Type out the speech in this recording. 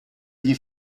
gli